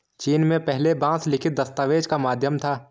चीन में पहले बांस लिखित दस्तावेज का माध्यम था